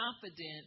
confident